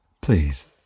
Please